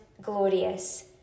glorious